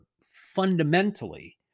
fundamentally